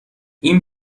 این